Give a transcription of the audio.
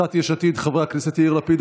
קבוצת יש עתיד: חברי הכנסת יאיר לפיד,